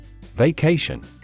Vacation